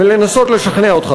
ולנסות לשכנע אותך.